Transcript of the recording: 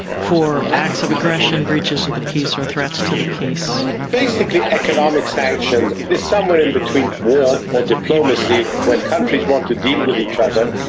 for acts of aggression, breaches of the peace, or threats to the peace. basically, economic sanctions are somewhere in between war or diplomacy. when countries want to deal with each other,